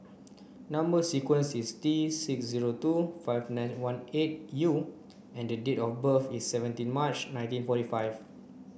number sequence is T six zero two five nine one eight U and date of birth is seventeen March nineteen forty five